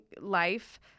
life